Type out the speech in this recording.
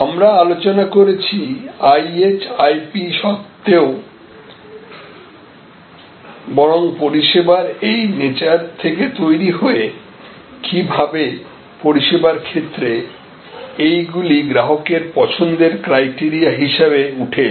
আমরা আলোচনা করেছি IHIP সত্বেও বরং পরিষেবার এই নেচার থেকে তৈরি হয়েকিভাবে পরিষেবার ক্ষেত্রে এইগুলি গ্রাহকের পছন্দের ক্রাইটেরিয়া হিসাবে উঠে এলো